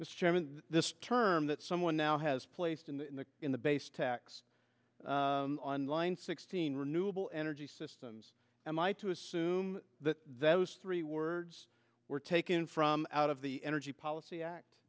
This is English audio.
chairman this term that someone now has placed in the in the base tax on line sixteen renewable energy systems am i to assume that those three words were taken from out of the energy policy act